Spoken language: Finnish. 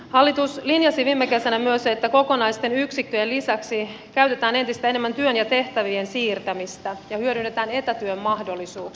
hallitus linjasi viime kesänä myös että kokonaisten yksikköjen lisäksi käytetään entistä enemmän työn ja tehtävien siirtämistä ja hyödynnetään etätyön mahdollisuuksia